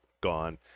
gone